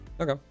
okay